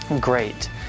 Great